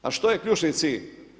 A što je ključni cilj?